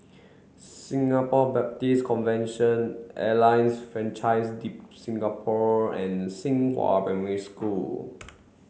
Singapore Baptist Convention Alliance Francaise de Singapour and Xinghua Primary School